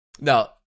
Now